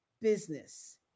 business